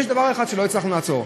יש דבר אחד שלא הצלחנו לעצור: